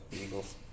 Eagles